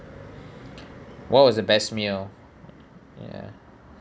what was your best meal